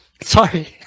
Sorry